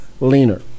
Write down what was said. leaner